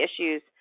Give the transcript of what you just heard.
issues